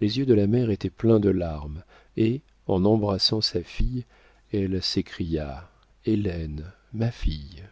les yeux de la mère étaient pleins de larmes et en embrassant sa fille elle s'écria hélène ma fille